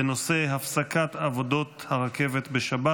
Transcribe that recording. בנושא: הפסקת עבודות הרכבת בשבת.